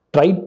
Try